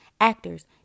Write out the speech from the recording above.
actors